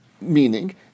Meaning